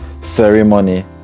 ceremony